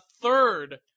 third